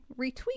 retweet